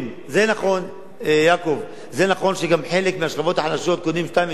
נכון שגם חלק מהשכבות החלשות קונות דירות של שניים ושלושה חדרים,